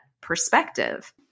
perspective